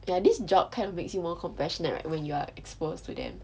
ya this job kinda makes you more compassionate right when you are exposed to them